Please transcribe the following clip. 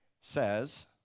says